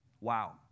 Wow